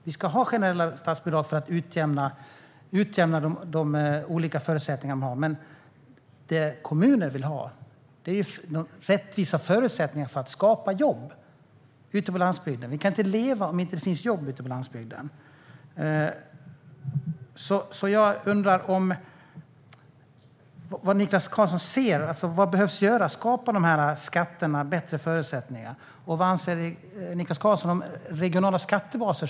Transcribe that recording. Vi ska ha generella statsbidrag för att utjämna de olika förutsättningarna, men det kommuner vill ha är rättvisa förutsättningar för att skapa jobb ute på landsbygden. Man kan inte leva på landsbygden om det inte finns jobb där. Jag undrar därför vad Niklas Karlsson anser behöver göras. Skapar skatterna bättre förutsättningar? Och vad anser Niklas Karlsson om regionala skattebaser?